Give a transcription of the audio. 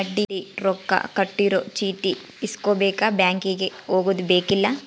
ಬಡ್ಡಿ ರೊಕ್ಕ ಕಟ್ಟಿರೊ ಚೀಟಿ ಇಸ್ಕೊಂಬಕ ಬ್ಯಾಂಕಿಗೆ ಹೊಗದುಬೆಕ್ಕಿಲ್ಲ